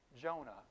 Jonah